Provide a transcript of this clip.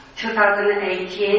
2018